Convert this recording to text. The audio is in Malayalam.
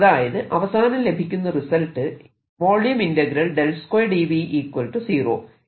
അതായത് അവസാനം ലഭിക്കുന്ന റിസൾട്ട് എന്നാണ്